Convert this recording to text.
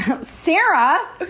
sarah